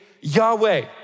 Yahweh